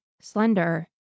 slender